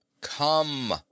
come